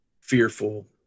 fearful